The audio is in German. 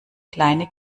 kleine